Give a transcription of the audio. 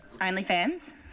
OnlyFans